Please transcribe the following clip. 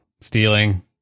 stealing